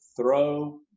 throw